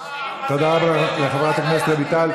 תודה רבה לחברת הכנסת רויטל.